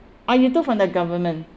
ah you took from the government